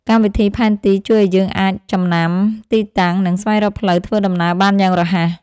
កម្មវិធីផែនទី ជួយឱ្យយើងអាចចំណាំទីតាំង និងស្វែងរកផ្លូវធ្វើដំណើរបានយ៉ាងរហ័ស។